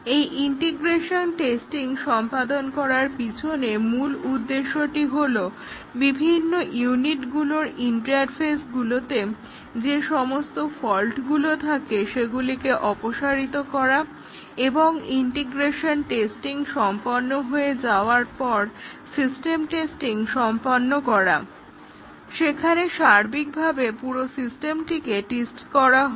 এই integration testing সম্পন্ন করার পিছনে মূল উদ্দেশ্যটি হলো বিভিন্ন ইউনিটগুলোর ইন্টারফেসগুলোতে যে সমস্ত ফল্টগুলো থাকে সেগুলোকে অপসারিত করা এবং ইন্টিগ্রেশন টেস্টিং সম্পন্ন হয়ে যাওয়ার পর সিস্টেম টেস্টিং সম্পন্ন করা হয় যেখানে সার্বিকভাবে পুরো সিস্টেমটিকে টেস্ট করা হয়